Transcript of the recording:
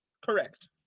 Correct